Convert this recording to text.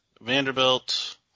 Vanderbilt